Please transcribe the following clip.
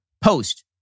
post